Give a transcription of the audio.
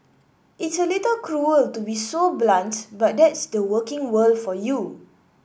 it's a little cruel to be so blunt but that's the working world for you